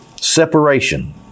separation